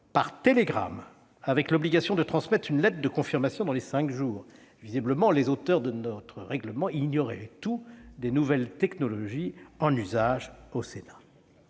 par télégramme », avec l'obligation de transmettre une lettre de confirmation dans les cinq jours. Visiblement, les auteurs de notre règlement ignoraient tout des nouvelles technologies en usage au Sénat